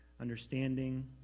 understanding